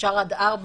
אפשר עד ארבע